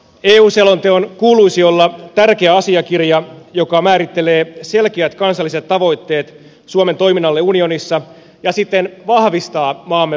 eu selonteon kuuluisi olla tärkeä asiakirja joka määrittelee selkeät kansalliset tavoitteet suomen toiminnalle unionissa ja siten vahvistaa maamme vaikutusvaltaa